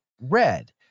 red